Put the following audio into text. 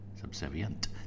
subservient